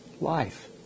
life